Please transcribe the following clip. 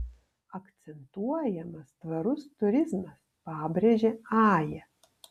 akcentuojamas tvarus turizmas pabrėžia aja